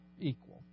equal